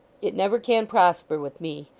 it never can prosper with me.